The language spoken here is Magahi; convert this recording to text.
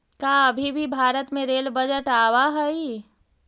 का अभी भी भारत में रेल बजट आवा हई